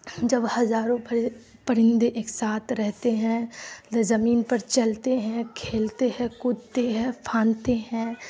جب ہزاروں پرندے ایک ساتھ رہتے ہیں زمین پر چلتے ہیں کھیلتے ہیں کودتے ہیں پھاندتے ہیں